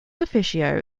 officio